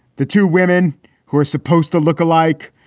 the two women who are supposed to look alike,